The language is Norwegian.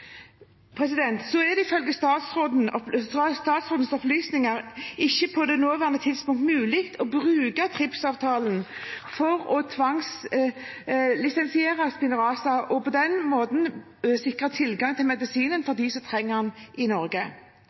er ifølge statsrådens opplysninger på nåværende tidspunkt ikke mulig å bruke TRIPS-avtalen for å tvangslisensiere Spinraza og på den måten sikre tilgang til medisinen for dem som trenger den, i Norge.